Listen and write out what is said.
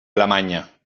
alemanya